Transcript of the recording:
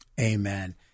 Amen